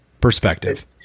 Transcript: perspective